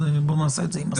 אז בואו נעשה את זה עם הסמכה.